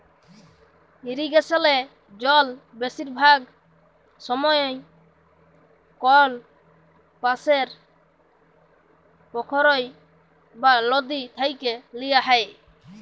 ইরিগেসলে জল বেশিরভাগ সময়ই কল পাশের পখ্ইর বা লদী থ্যাইকে লিয়া হ্যয়